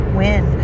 win